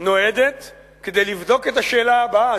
נועדת כדי לבדוק את השאלה הבאה,